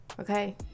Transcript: Okay